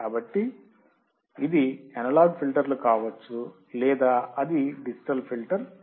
కాబట్టి ఇది అనలాగ్ ఫిల్టర్లు కావచ్చు లేదా అది డిజిటల్ ఫిల్టర్లు కావచ్చు